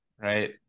Right